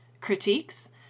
critiques